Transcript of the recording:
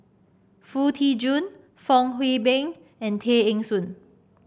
Foo Tee Jun Fong Hoe Beng and Tay Eng Soon